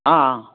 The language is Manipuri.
ꯑꯥ